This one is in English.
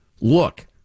look